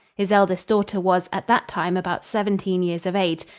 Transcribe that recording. his eldest daughter was at that time about seventeen years of age,